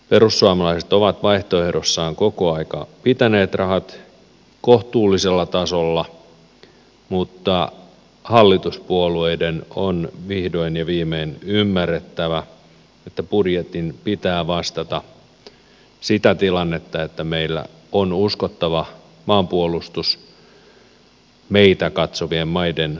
perussuomalaiset ovat vaihtoehdossaan koko ajan pitäneet rahat kohtuullisella tasolla mutta hallituspuolueiden on vihdoin ja viimein ymmärrettävä että budjetin pitää vastata sitä tilannetta että meillä on uskottava maanpuolustus meitä katsovien maiden silmissä